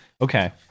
Okay